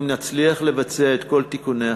אם נצליח לבצע את כל תיקוני החקיקה,